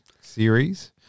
series